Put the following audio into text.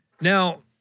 Now